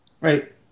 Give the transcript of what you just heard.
right